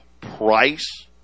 price